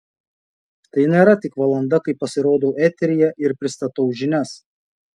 tai nėra tik valanda kai pasirodau eteryje ir pristatau žinias